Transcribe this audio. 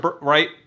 Right